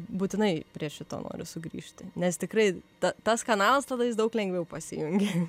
būtinai prie šito noriu sugrįžti nes tikrai tas kanalas tada jis daug lengviau pasijungia